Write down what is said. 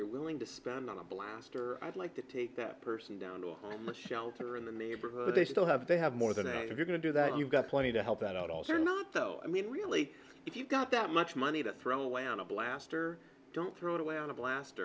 you're willing to spend on a blaster i'd like to take that person down to a homeless shelter in the neighborhood they still have they have more than a you're going to do that you've got plenty to help out all they're not though i mean really if you've got that much money to throw away on a blaster don't throw it away on a blast